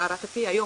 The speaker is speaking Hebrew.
להערכתי היום,